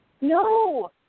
no